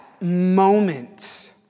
moment